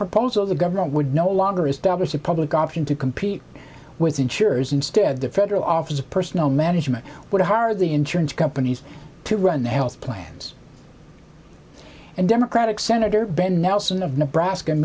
proposal the government would no longer establish a public option to compete with insurers instead the federal office of personnel management would hire the insurance companies to run the health plans and democratic senator ben nelson of nebraska